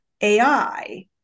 AI